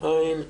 אין.